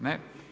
Ne.